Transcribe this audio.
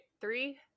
Three